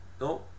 No